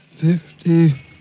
Fifty